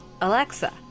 Alexa